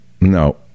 No